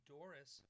Doris